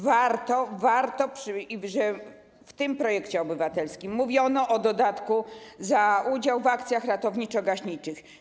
W tym projekcie obywatelskim mówiono o dodatku za udział w akcjach ratowniczo-gaśniczych.